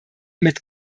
mit